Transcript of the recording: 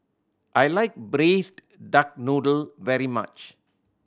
I like Braised Duck Noodle very much